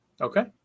Okay